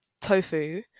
tofu